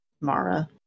Mara